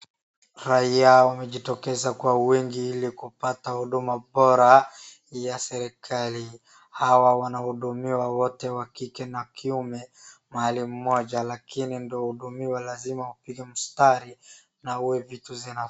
Haya wamejitokeza kwa wengi ili kupata huduma bora ya serikali. Hawa wanahudumiwa wote wa kike na kiume mahali mmoja lakini ndoo uhudumiwe lazima upige mstari na.